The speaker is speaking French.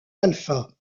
alfa